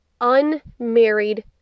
unmarried